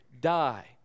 die